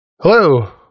Hello